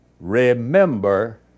remember